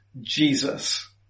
Jesus